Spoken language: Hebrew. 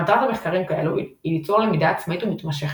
מטרת מחקרים כאלו היא ליצור למידה עצמאית ומתמשכת,